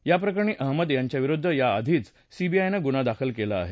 याप्रकरणी अहमद यांच्याविरुद्ध याआधीच सीबीआयनं गुन्हा दाखल केला आहे